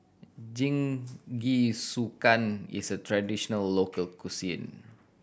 jingisukan is a traditional local cuisine